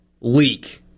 leak